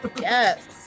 Yes